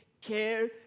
care